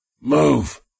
Move